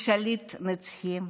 השליט נצחי,